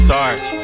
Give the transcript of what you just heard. Sarge